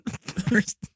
First